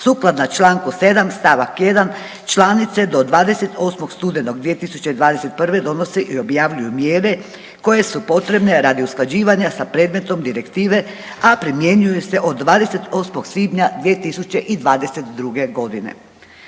sukladna čl. 7. st. 1. članice do 28. studenog 2021.g. donose i objavljuju mjere koje su potrebne radi usklađivanja sa predmetom direktive, a primjenjuju se od 28. Svibnja 2022.g..